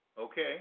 Okay